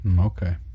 okay